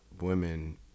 women